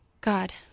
God